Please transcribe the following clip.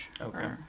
Okay